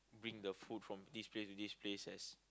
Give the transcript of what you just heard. bring the food from this place to this place as